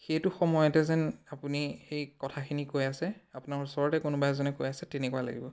সেইটো সময়তে যেন আপুনি এই কথাখিনি কৈ আছে আপোনাৰ ওচৰতে কোনোবা এজনে কৈ আছে তেনেকুৱা লাগিব